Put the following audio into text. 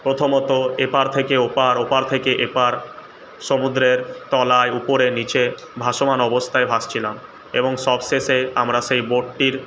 প্রথমত এপার থেকে ওপার ওপার থেকে এপার সমুদ্রের তলায় উপরে নীচে ভাসমান অবস্থায় ভাসছিলাম এবং সবশেষে আমরা সেই বোটটির